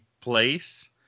place